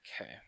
Okay